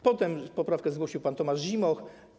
Potem poprawkę zgłosił pan Tomasz Zimoch.